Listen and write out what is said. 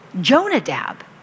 Jonadab